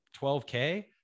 12K